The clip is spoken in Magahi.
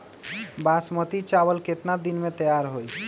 बासमती चावल केतना दिन में तयार होई?